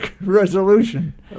resolution